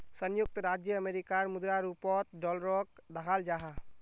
संयुक्त राज्य अमेरिकार मुद्रा रूपोत डॉलरोक दखाल जाहा